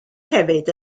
hefyd